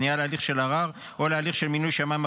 פנייה להליך של ערר או להליך של מינוי שמאי מכריע.